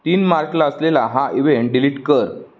तीन मार्चला असलेला हा इवेंट डिलीट कर